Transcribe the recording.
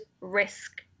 risk